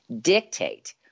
dictate